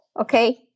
okay